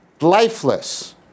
Lifeless